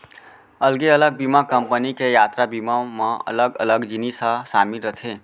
अलगे अलग बीमा कंपनी के यातरा बीमा म अलग अलग जिनिस ह सामिल रथे